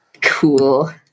cool